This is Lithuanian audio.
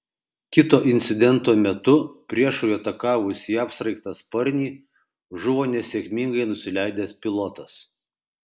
kito incidento metu priešui atakavus jav sraigtasparnį žuvo nesėkmingai nusileidęs pilotas